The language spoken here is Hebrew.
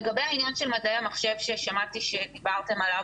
לגבי העניין של מדעי המחשב, שמעתי שדיברתם עליו,